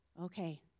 Okay